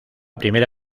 primera